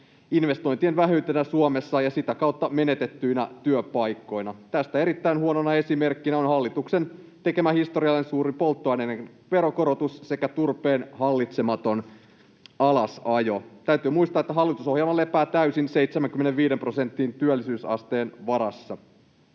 investointien vähyytenä Suomessa ja sitä kautta menetettyinä työpaikkoina. Tästä erittäin huonona esimerkkinä on hallituksen tekemä historiallisen suuri polttoaineiden veronkorotus sekä turpeen hallitsematon alasajo. Täytyy muistaa, että hallitusohjelma lepää täysin 75 prosentin työllisyysasteen varassa.